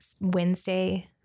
Wednesday